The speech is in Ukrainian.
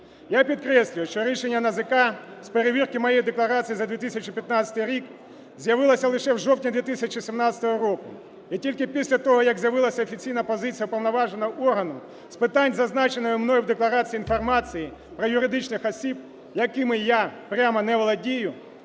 Я підкреслюю, що рішення НАЗК з перевірки моєї декларації за 2015 рік з'явилося лише у жовтні 2017 року і тільки після того, як з'явилася офіційна позиція уповноваженого органу з питань, зазначеної мною в декларації, інформації про юридичних осіб, якими я прямо не володію,